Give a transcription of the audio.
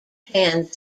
hand